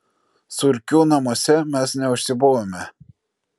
surkių namuose mes neužsibuvome